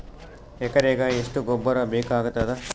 ಎಕರೆಗ ಎಷ್ಟು ಗೊಬ್ಬರ ಬೇಕಾಗತಾದ?